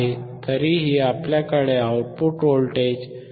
तरीही आपल्याकडे output voltage 3